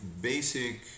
basic